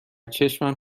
چشمم